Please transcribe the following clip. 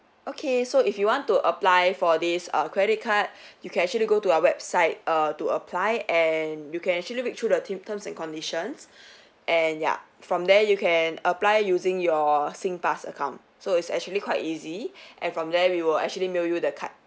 okay so if you want to apply for this err credit card you can actually go to our website err to apply and you can actually read through the ter~ terms and conditions and ya from there you can apply using your singpass account so it's actually quite easy and from there we will actually mail you the card